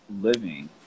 living